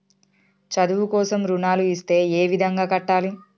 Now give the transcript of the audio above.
చదువు కోసం రుణాలు ఇస్తే ఏ విధంగా కట్టాలి?